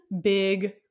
big